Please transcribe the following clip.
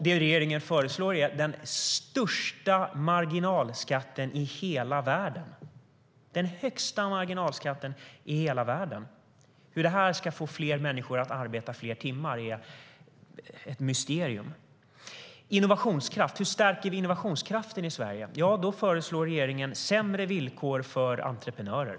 Det regeringen föreslår är den högsta marginalskatten i hela världen! Hur det ska få fler människor att arbeta fler timmar är ett mysterium. Hur stärker vi innovationskraften i Sverige? Ja, regeringen föreslår sämre villkor för entreprenörer.